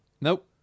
Nope